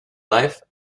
life